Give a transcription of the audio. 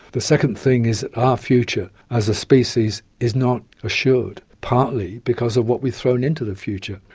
the second thing is our future as a species is not assured, partly because of what we've thrown into the future.